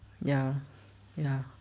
ya ya